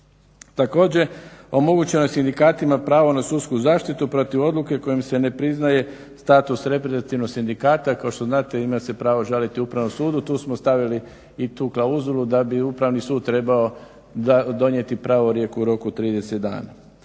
Također omogućeno je sindikatima pravo na sudsku zaštitu protiv odluke kojom se ne priznaje status reprezentativnog sindikata. Kao što znate ima se pravo žaliti Upravnom sudu. Tu smo stavili i tu klauzulu da bi Upravni sud trebao donijeti pravorijek u roku 30 dana.